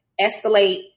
escalate